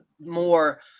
more –